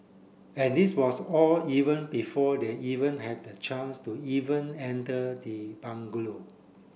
and this was all even before they even had a chance to even enter the bungalow